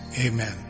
Amen